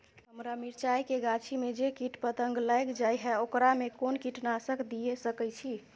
हमरा मिर्चाय के गाछी में जे कीट पतंग लैग जाय है ओकरा में कोन कीटनासक दिय सकै छी?